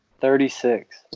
Thirty-six